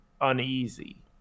uneasy